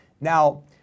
Now